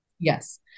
Yes